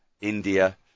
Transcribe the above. India